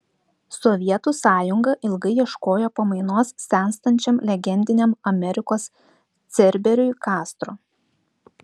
sovietų sąjunga ilgai ieškojo pamainos senstančiam legendiniam amerikos cerberiui kastro